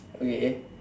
okay